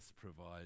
provides